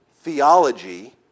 theology